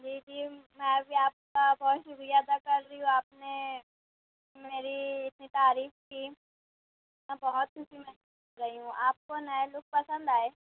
جی جی میں بھی آپ کا بہت شُکریہ ادا کر رہی ہوں آپ نے میری اتنی تعریف کی آپ کو نیا لک پسند آئے